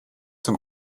zum